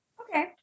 Okay